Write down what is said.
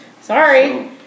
sorry